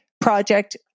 project